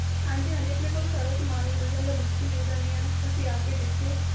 ਹਾਂਜੀ ਹਾਂਜੀ ਆਪਣੇ ਕੋਲ ਸਾਰਾ ਸਮਾਨ ਮਿਲ ਜਾਂਦਾ ਬੁੱਕਸ ਮਿਲ ਜਾਂਦੀਆਂ ਤੁਸੀਂ ਆ ਕੇ ਦੇਖੋ